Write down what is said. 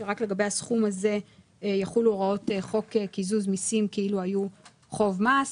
שרק לגבי הסכום הזה יחולו הוראות חוק קיזוז מיסים כאילו היו חוב מס,